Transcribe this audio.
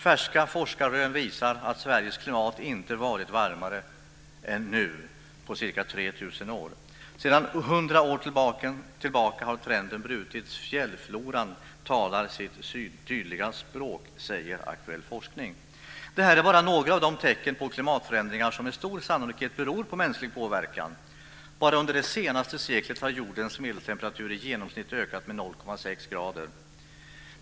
Färska forskarrön visar att Sveriges klimat inte varit varmare än nu på ca 3 000 år. Sedan 100 år tillbaka har trenden brutits, fjällfloran talar sitt tydliga språk, säger aktuell forskning. Det här är bara några av de tecken på klimatförändringar som med stor sannolikhet beror på mänsklig påverkan. Bara under det senaste seklet har jordens medeltemperatur i genomsnitt ökat med 0,6 grader.